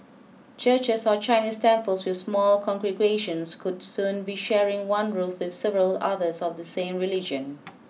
churches or Chinese temples with small congregations could soon be sharing one roof with several others of the same religion